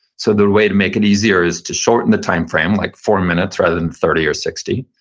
so the way to make it easier is to shorten the time frame, like four minutes rather than thirty or sixty.